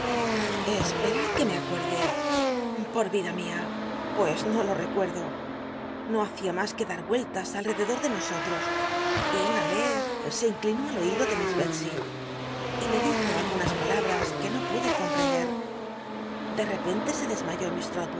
ad que me acuerde po vida mia pues no lo ccucnlo no hacia mas que dar vueltas al r de nosotros y una vez se inclinó al oido nlcdcdor de nosollos y una y ele mi s bcbcy y le dijo algunas palabras que uo pude comprende de repente se desmayó